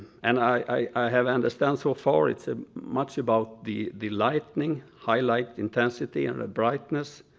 and i have understand so far it's ah much about the the lightning, highlight intensity, and the brightness,